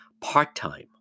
part-time